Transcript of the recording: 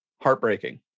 Heartbreaking